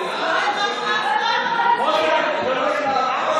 לא הבנו על מה ההצבעה.